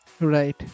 Right